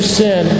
sin